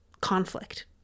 conflict